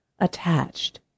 attached